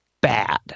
bad